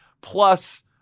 plus